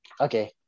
okay